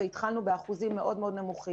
מה שגרם לנו להתחיל באחוזים מאוד נמוכים.